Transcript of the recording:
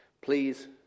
please